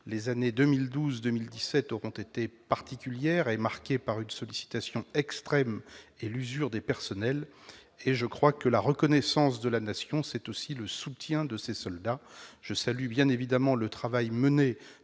les années 2012 à 2017 auront été particulières, marquées par un niveau de sollicitation extrême et l'usure des personnels. Je crois que la reconnaissance de la Nation passe aussi par le soutien à ses soldats. Je salue bien évidemment le travail mené